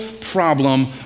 problem